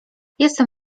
jestem